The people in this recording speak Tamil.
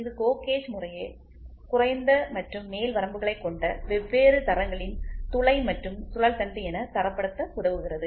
இது கோ கேஜ் முறையே குறைந்த மற்றும் மேல் வரம்புகளைக் கொண்ட வெவ்வேறு தரங்களின் துளை மற்றும் சுழல் தண்டு என தரப்படுத்த உதவுகிறது